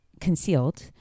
concealed